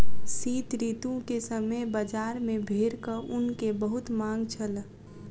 शीत ऋतू के समय बजार में भेड़क ऊन के बहुत मांग छल